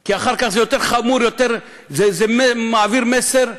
כי אחר כך זה יותר חמור, זה מעביר מסר פוגע,